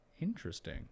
Interesting